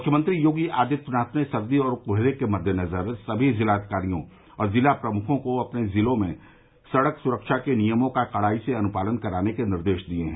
मुख्यमंत्री योगी आदित्यनाथ ने सर्दी और कोहरे के मद्देनजर सभी ज़िलाधिकारियों और ज़िला प्रमुखों को अपने ज़िलों में सड़क सुरक्षा के नियमों का कड़ाई से अनुपालन कराने का निर्देश दिया है